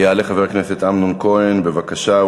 יעלה חבר הכנסת אמנון כהן, בבקשה.